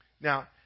Now